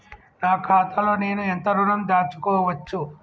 నా ఖాతాలో నేను ఎంత ఋణం దాచుకోవచ్చు?